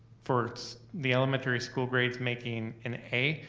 for the elementary school grades making an a,